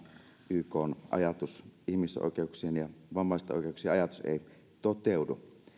ykn ajatus ihmisoikeuksien ja vammaisten oikeuksien ajatus ei toteudu